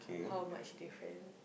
how much different